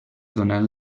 donant